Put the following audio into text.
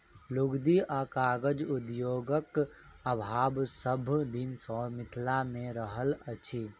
लुगदी आ कागज उद्योगक अभाव सभ दिन सॅ मिथिला मे रहल अछि